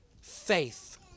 faith